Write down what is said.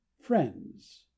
friends